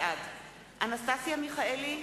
בעד אנסטסיה מיכאלי,